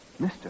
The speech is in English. Mr